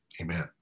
Amen